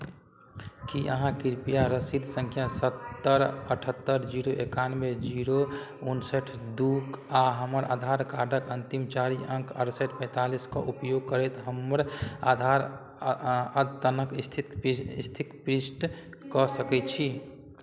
की अहाँ कृपया रसीद सङ्ख्या सत्तरि अठहत्तरि जीरो एकानबे जीरो उनसठि दू आ हमर आधार कार्डक अन्तिम चारि अङ्क अड़सठि पैंतालिसके उपयोग करैत हमर आधार अद्यतनक स्थिति स्थितिक पुष्टि कऽ सकैत छी